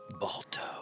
Balto